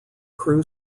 crew